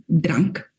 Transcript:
drunk